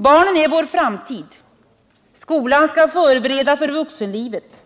Barnen är vår framtid. Skolan skall förbereda för vuxenlivet.